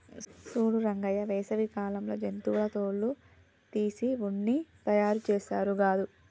సూడు రంగయ్య వేసవి కాలంలో జంతువుల తోలు తీసి ఉన్ని తయారుచేస్తారు గాదు